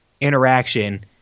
interaction